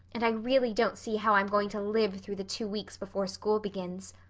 and i really don't see how i'm going to live through the two weeks before school begins.